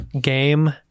game